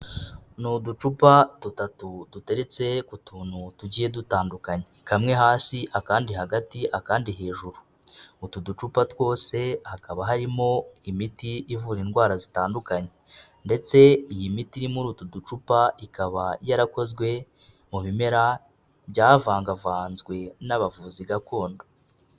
Ni uducupa dutatu duteretse ku tuntu tugiye dutandukanye, kamwe hasi akandi hagati akandi hejuru, utu ducupa twose hakaba harimo imiti ivura indwara zitandukanye ndetse iyi miti irimo utu ducupa ikaba yarakozwe mu bimera byavangavanzwe n'abavuzi gakondo.